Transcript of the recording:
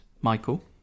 Michael